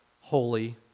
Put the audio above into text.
holy